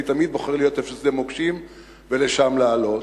אני תמיד בוחר להיות במקום שיש שדה מוקשים ולשם לעלות.